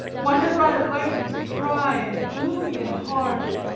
whatever i write is dry and gloomy and harsh.